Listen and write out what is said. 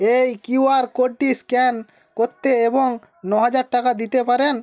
এই কিউআর কোডটি স্ক্যান করতে এবং ন হাজার টাকা দিতে পারেন